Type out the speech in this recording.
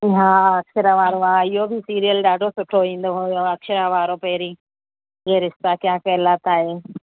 हा अक्षरा वारो हा इहो बि सीरियल ॾाढो सुठो ईंदो हुयो अक्षरा वारो पहिरीं ये रिश्ता क्या कहलाता है